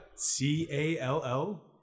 C-A-L-L